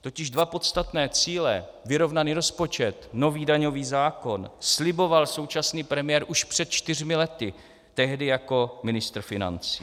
Totiž dva podstatné cíle vyrovnaný rozpočet, nový daňový zákon sliboval současný premiér už před čtyřmi lety, tehdy jako ministr financí.